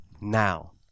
now